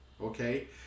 okay